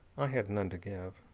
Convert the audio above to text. i had none to give.